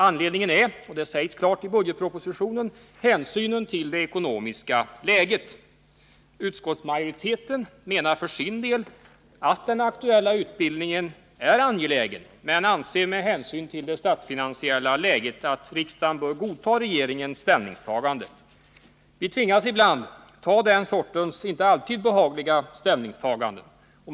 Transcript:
Anledningen är, och det framhålls klart i budgetpropositionen, hänsynen till det ekonomiska läget. Utskottsmajoriteten menar för sin del att den aktuella utbildningen är angelägen men anser att riksdagen med hänsyn till det statsfinansiella läget bör godta regeringens ställningstagande. Vi tvingas ibland ta den sortens inte alltid behagliga ställningstaganden. Herr talman!